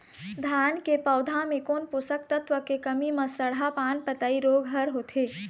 धान के पौधा मे कोन पोषक तत्व के कमी म सड़हा पान पतई रोग हर होथे?